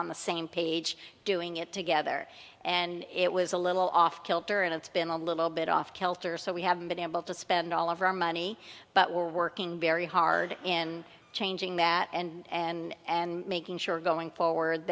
on the same page doing it together and it was a little off kilter and it's been a little bit off kilter so we haven't been able to spend all of our money but we're working very hard in changing that and making sure going forward